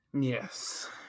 yes